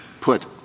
put